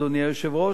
אדוני היושב-ראש,